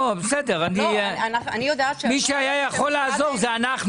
לא, בסדר, מי שהיה יכול לעזור זה אנחנו.